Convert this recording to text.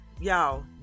y'all